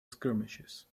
skirmishes